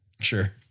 Sure